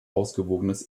ausgewogenes